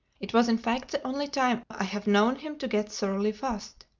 it was in fact the only time i have known him to get thoroughly fussed.